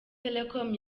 telecom